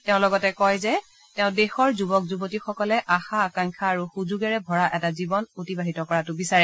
তেওঁ লগতে কয় যে তেওঁ দেশৰ যুৱক যুৱতীসকলে আশা আকাংক্ষা আৰু সুযোগেৰে ভৰা এটা জীৱন অতিবাহিত কৰাটো বিচাৰে